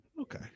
Okay